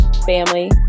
Family